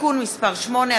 (תיקון מס' 8),